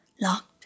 locked